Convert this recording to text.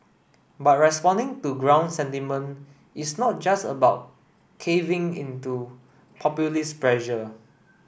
but responding to ground sentiment is not just about caving into populist pressure